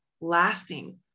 lasting